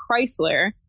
Chrysler